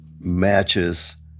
matches